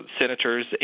senators